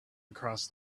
across